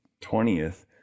20th